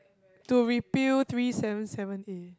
to repeal three seven seven A